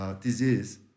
disease